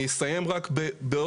אני אסיים באנקדוטה,